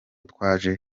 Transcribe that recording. twaje